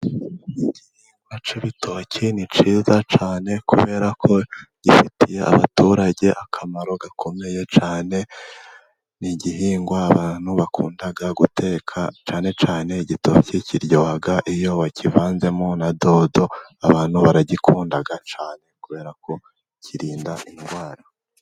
Igihingwa cy'bitoki ni cyiza cyane kubera ko gifitiye abaturage akamaro gakomeye cyane, ni igihingwa abantu bakunda guteka cyane cyane igitoki kiryoha iyo bakivanzemo na dodo, abantu baragikunda cyane kubera ko kirinda indwara.